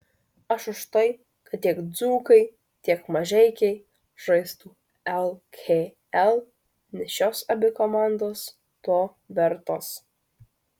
aš už tai kad tiek dzūkai tiek mažeikiai žaistų lkl nes šios abi komandos to vertos